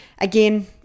Again